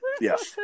Yes